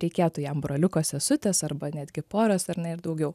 reikėtų jam broliuko sesutės arba netgi poros ar ne ir daugiau